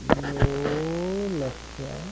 ಏಳು ಲಕ್ಷ